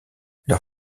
leur